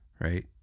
right